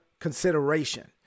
consideration